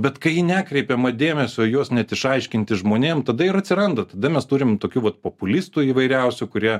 bet kai nekreipiama dėmesio juos net išaiškinti žmonėms tada ir atsiranda tada mes turim tokių pat populistų įvairiausių kurie